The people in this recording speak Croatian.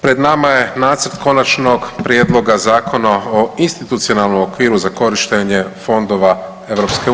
Pred nama je Nacrt konačnog prijedloga Zakona o institucionalnom okviru za korištenje fondova EU.